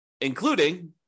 including